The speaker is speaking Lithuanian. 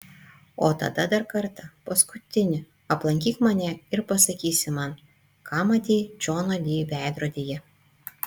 o tada dar kartą paskutinį aplankyk mane ir pasakysi man ką matei džono di veidrodyje